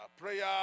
prayer